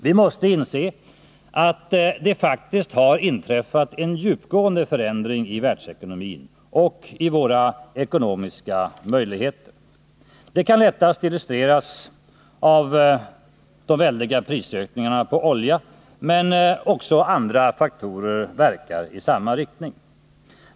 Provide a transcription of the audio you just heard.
Vi måste inse att det faktiskt har inträffat en djupgående förändring i världsekonomin och i våra ekonomiska möjligheter. Det kan lättast illustreras av de väldiga prisökningarna på olja, men också andra faktorer verkar i samma riktning.